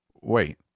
Wait